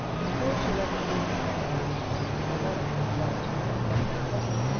before she left the room the following morning, a letter was brought to her from her cousin,